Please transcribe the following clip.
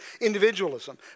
individualism